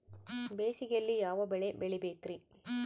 ಬೇಸಿಗೆಯಲ್ಲಿ ಯಾವ ಬೆಳೆ ಬೆಳಿಬೇಕ್ರಿ?